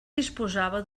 disposava